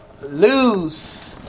lose